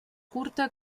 curta